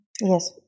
Yes